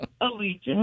Allegiance